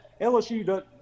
LSU